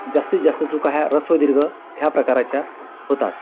जास्तीत जास्त चुका ह्या ऱ्हस्व दीर्घ ह्या प्रकारच्या होतात